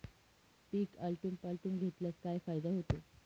पीक आलटून पालटून घेतल्यास काय फायदा होतो?